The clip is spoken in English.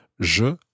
Je